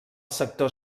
sector